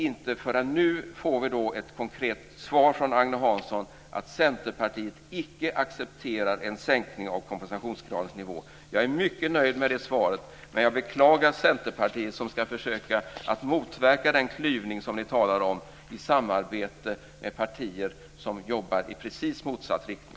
Inte förrän nu får vi ett konkret svar från Agne Hansson om att Centerpartiet icke accepterar en sänkning av kompensationsgradens nivå. Jag är mycket nöjd med det svaret, men jag beklagar Centerpartiet som ska försöka motverka den klyvning som ni talar om i samarbete med partier som jobbar i precis motsatt riktning.